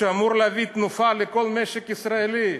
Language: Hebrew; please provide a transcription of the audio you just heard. שאמור להביא תנופה לכל המשק הישראלי.